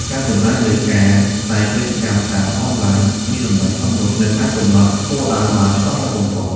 ការចំណាយលើការផ្សាយពាណិជ្ជកម្មតាមអនឡាញមានតម្លៃសមរម្យ និងអាចកំណត់គោលដៅបានច្បាស់លាស់បំផុត។